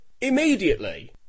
immediately